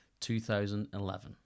2011